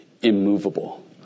immovable